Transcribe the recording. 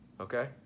okay